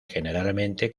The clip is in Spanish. generalmente